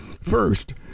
First